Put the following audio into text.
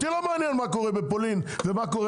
אותי לא מענין מה קורה בפולין ומה קורה